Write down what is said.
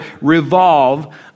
revolve